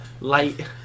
light